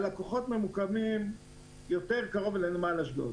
ממוקמים יותר קרוב לנמל אשדוד